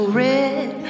red